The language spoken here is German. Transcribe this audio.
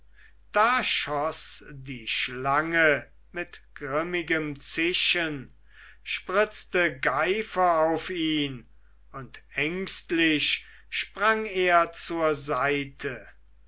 da schoß die schlange mit grimmigem zischen spritzte geifer auf ihn und ängstlich sprang er zur seite